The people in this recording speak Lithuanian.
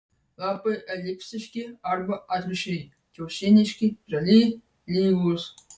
lapai elipsiški arba atvirkščiai kiaušiniški žali lygūs